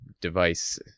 device